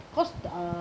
cause uh